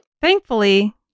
Thankfully